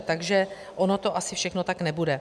Takže ono to asi všechno tak nebude.